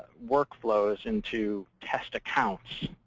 work flows into test accounts.